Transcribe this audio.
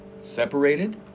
separated